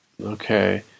okay